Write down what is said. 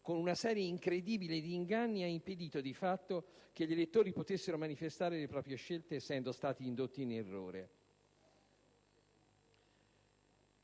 con una serie incredibile di inganni ha impedito di fatto che gli elettori potessero manifestare le proprie scelte essendo stati indotti in errore».